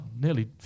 nearly